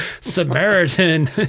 Samaritan